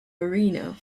arena